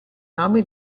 nome